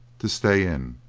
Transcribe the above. to stay in.